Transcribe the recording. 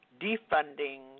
defunding